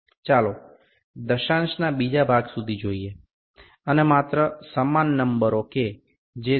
ચાલો દશાંશના બીજા ભાગ સુધી જોઈએ અને માત્ર સમાન નંબરો કે જે 0